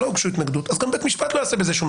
ואם לא הוגשה התנגדות אז גם בית המשפט לא יעשה כלום.